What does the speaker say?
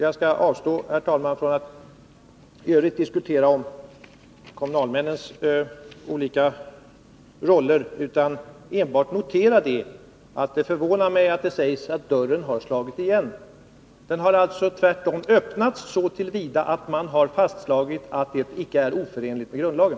Jag skall avstå, herr talman, från att i övrigt diskutera kommunalmännens olika roller. Jag noterar enbart att det förvånar mig att det sägs att dörren har slagit igen. Den har ju tvärtom öppnats, så till vida att det har fastslagits att ett sådant här ingrepp inte är oförenligt med grundlagen.